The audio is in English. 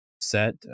set